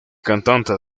cantante